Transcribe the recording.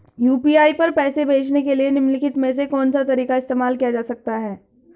UPI पर पैसे भेजने के लिए निम्नलिखित में से कौन सा तरीका इस्तेमाल किया जा सकता है?